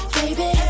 baby